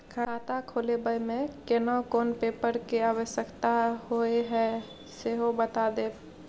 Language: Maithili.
खाता खोलैबय में केना कोन पेपर के आवश्यकता होए हैं सेहो बता देब?